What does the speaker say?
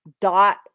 dot